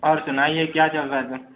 और सुनाइए क्या चल रहा है उधर